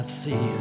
see